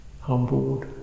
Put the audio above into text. humbled